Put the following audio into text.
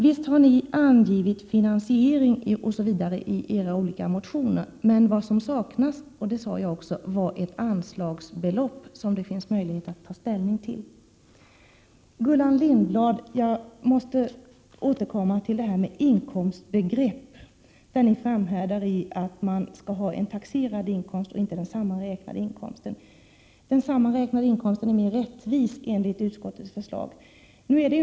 Visst har ni angivit finansiering i era olika motioner. Men vad som saknas — det sade jag tidigare — är anslagsbelopp att ta ställning till. Till Gullan Lindblad: Jag måste återkomma till det här med inkomstbegreppet. Ni framhärdar i att man skall utgå från den taxerade inkomsten och inte från den sammanräknade inkomsten. Den sammanräknade inkomsten är mer rättvis enligt utskottets mening.